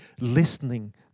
listening